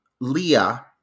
Leah